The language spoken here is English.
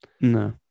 No